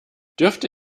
dürfte